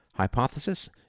Hypothesis